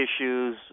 issues